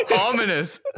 ominous